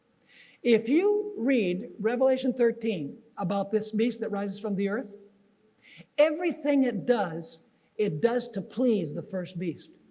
if you read revelation thirteen about this beast that rises from the earth everything it does it does to please the first beast.